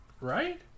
Right